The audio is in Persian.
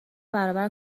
برابر